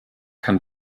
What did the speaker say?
kann